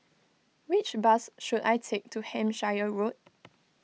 which bus should I take to Hampshire Road